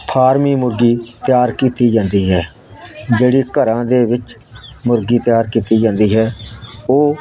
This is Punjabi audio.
ਫਾਰਮੀ ਮੁਰਗੀ ਤਿਆਰ ਕੀਤੀ ਜਾਂਦੀ ਹੈ ਜਿਹੜੀ ਘਰਾਂ ਦੇ ਵਿੱਚ ਮੁਰਗੀ ਤਿਆਰ ਕੀਤੀ ਜਾਂਦੀ ਹੈ ਉਹ